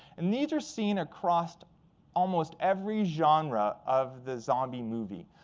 and these are seen across almost every genre of the zombie movie.